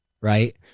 Right